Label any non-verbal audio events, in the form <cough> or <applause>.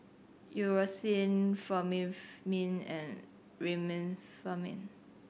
Eucerin <unintelligible> Remifemin and Remifemin